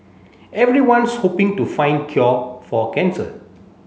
everyone's hoping to find cure for cancer